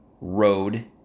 road